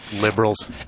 Liberals